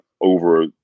over